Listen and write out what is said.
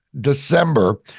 December